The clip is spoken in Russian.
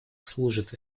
служит